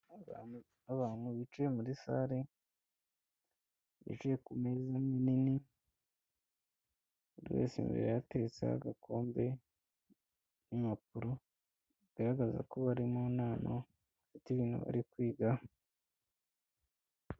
Abantu bicaye muri sale bicaye ku meza nini buri wese imbere ye hateretse agakombe n'impapuro, bigaragaza ko bari mu nama bafite ibintu bari kwigaho.